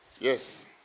Yes